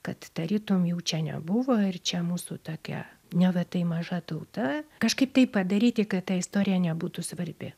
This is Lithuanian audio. kad tarytum jų čia nebuvo ir čia mūsų tokia neva tai maža tauta kažkaip taip padaryti kad ta istorija nebūtų svarbi